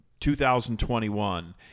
2021